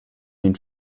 den